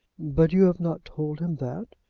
but you have not told him that?